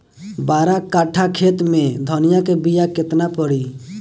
बारह कट्ठाखेत में धनिया के बीया केतना परी?